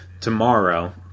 tomorrow